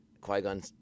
Qui-Gon